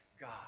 God